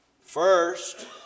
First